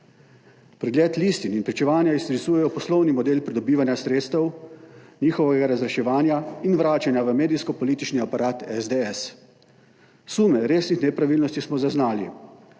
Pregled listin in pričevanja izrisujejo poslovni model pridobivanja sredstev, njihovega razreševanja in vračanja v medijski politični aparat SDS. Sume resnih nepravilnosti smo zaznali